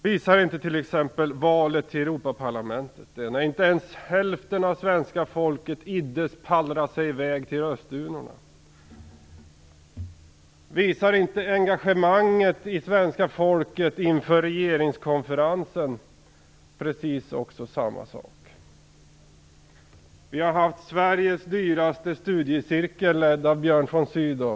Visar inte t.ex. valet till Europaparlamentet det, när inte ens hälften av svenska folket iddes pallra sig i väg till rösturnorna? Visar inte svenska folkets engagemang inför regeringskonferensen precis samma sak? Vi har haft Sveriges dyraste studiecirkel, ledd av Björn von Sydow.